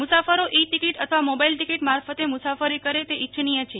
મુસાફરો e ticket અથવા mobile ticket મારફતે મુસાફરી કરે તે ઈચ્છનીય છે